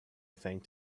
thanked